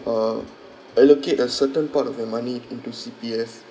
uh allocate a certain part of your money into C_P_F